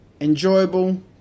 enjoyable